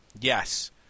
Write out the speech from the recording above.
Yes